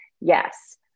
yes